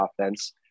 offense